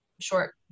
short